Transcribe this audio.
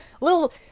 little